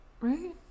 right